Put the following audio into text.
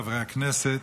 חברי הכנסת,